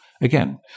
again